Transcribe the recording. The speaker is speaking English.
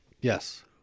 Yes